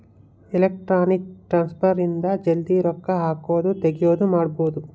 electronic transfer ಇಂದ ಜಲ್ದೀ ರೊಕ್ಕ ಹಾಕೋದು ತೆಗಿಯೋದು ಮಾಡ್ಬೋದು